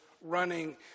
running